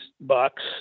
bucks